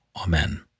Amen